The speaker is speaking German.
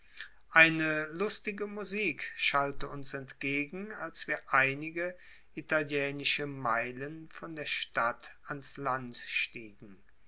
eine lustige musik schallte uns entgegen als wir einige italienische meilen von der stadt ans land stiegen